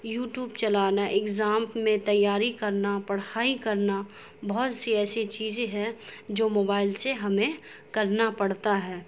YouTube چلانا exam میں تیاری کرنا پڑھائی کرنا بہت سی ایسی چیزیں ہیں جو موبائل سے ہمیں کرنا پڑتا ہے